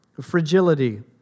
fragility